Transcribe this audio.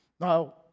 Now